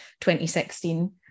2016